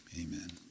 amen